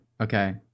Okay